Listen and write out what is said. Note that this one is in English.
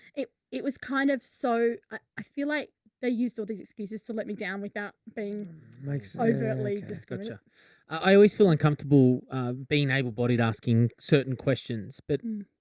it it was kind of, so i feel like they used all these excuses to let me down with that being like so overly discouraged. angus ah i always feel uncomfortable being able bodied, asking certain questions, but.